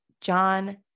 John